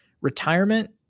retirement